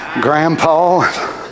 Grandpa